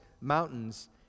Mountains